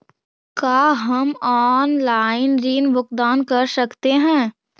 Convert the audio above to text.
का हम आनलाइन ऋण भुगतान कर सकते हैं?